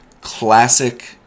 classic